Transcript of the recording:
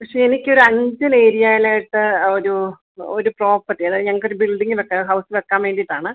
പക്ഷേ എനിക്കൊരു അഞ്ചൽ ഏരിയയിൽ ആയിട്ട് ഒരു ഒരു പ്രോപ്പർട്ടി അതായത് ഞങ്ങൾക്കൊരു ബിൽഡിംഗിനൊക്കെ ഹൗസ് വെക്കാൻ വേണ്ടിയിട്ടാണ്